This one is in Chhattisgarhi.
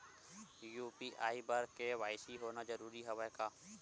यू.पी.आई बर के.वाई.सी होना जरूरी हवय का?